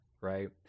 right